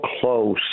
close